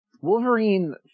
wolverine